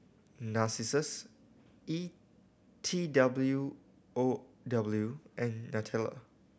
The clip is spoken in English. Narcissus E T W O W and Nutella